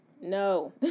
no